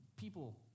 people